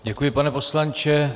Děkuji, pane poslanče.